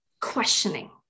questioning